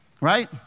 right